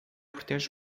protege